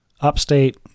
upstate